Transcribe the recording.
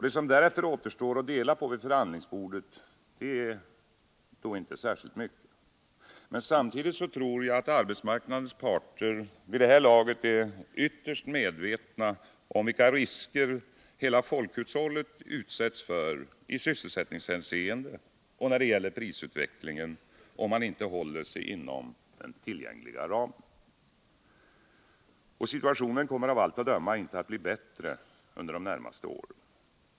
Det som därefter återstår att dela på vid förhandlingsbordet är då inte särskilt mycket. Samtidigt tror jag att arbetsmarknadens parter vid det här laget är ytterst medvetna om vilka risker hela folkhushållet utsätts för i sysselsättningshänseende och när det gäller prisuivecklingen, om man inte håller sig inom den tillgängliga ramen. Situationen kommer av allt att döma inte att bli bättre under de närmaste åren.